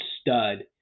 stud